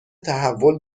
تحول